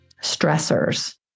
stressors